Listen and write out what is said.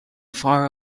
far